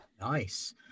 Nice